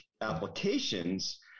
applications